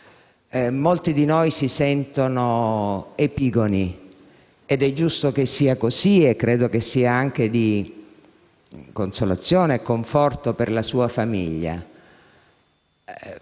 molti di noi si sentono epigoni ed è giusto che sia così e credo sia anche di consolazione e conforto per la sua famiglia.